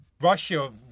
Russia